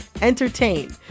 entertain